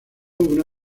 una